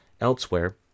Elsewhere